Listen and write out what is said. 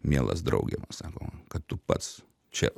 mielas drauge man sakoma kad tu pats čia